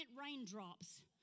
raindrops